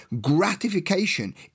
gratification